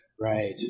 Right